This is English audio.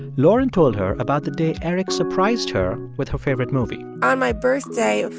lauren told her about the day eric surprised her with her favorite movie on my birthday, ah